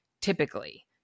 Typically